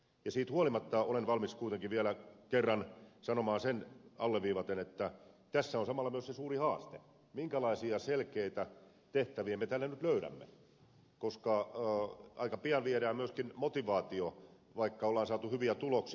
siitä huolimatta olen valmis kuitenkin vielä kerran sanomaan sen alleviivaten että tässä on samalla myös se suuri haaste minkälaisia selkeitä tehtäviä me tälle nyt löydämme koska aika pian viedään myöskin motivaatio vaikka on saatu hyviä tuloksia